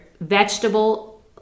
vegetable